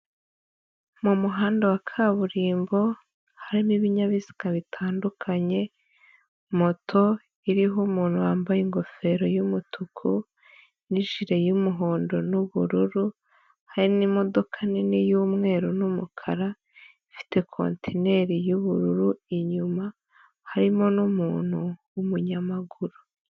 Mu muhanda wa kaburimbo harimo ibinyabiziga bitandukanye, moto iriho umuntu wambaye ingofero y'umutuku, n'ijile y'umuhondo n'ubururu, hari n'imodoka nini y'umweru n'umukara, ifite kontineri y'ubururu inyuma, harimo n'umuntu w'umunyamaguru.